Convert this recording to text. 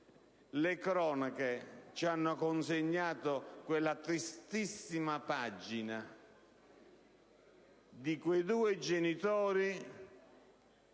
le cronache ci hanno infatti consegnato la tristissima pagina di quei due genitori